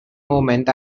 moment